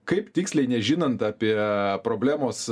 kaip tiksliai nežinant apie problemos